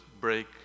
break